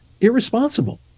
irresponsible